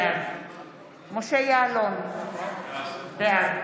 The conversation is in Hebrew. בעד משה יעלון, בעד